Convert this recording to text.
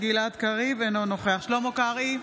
אינו נוכח שלמה קרעי,